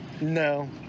no